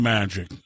Magic